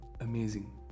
amazing